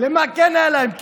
למה כן היה לכם כסף: